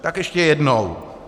Tak ještě jednou!